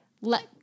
let